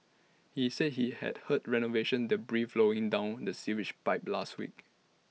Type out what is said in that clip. he said he had heard renovation debris flowing down the sewage pipe last week